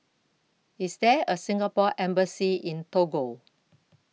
IS There A Singapore Embassy in Togo